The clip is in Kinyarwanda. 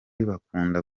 bakunda